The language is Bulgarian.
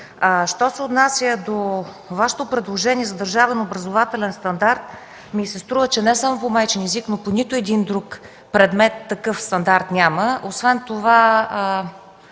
Що се отнася до Вашето предложение за държавен образователен стандарт, ми се струва, че не само по майчин език, но по нито един друг предмет, такъв стандарт няма. ЛЮТВИ МЕСТАН